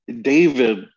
David